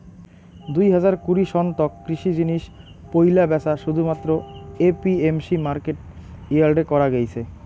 দুই হাজার কুড়ি সন তক কৃষি জিনিস পৈলা ব্যাচা শুধুমাত্র এ.পি.এম.সি মার্কেট ইয়ার্ডে করা গেইছে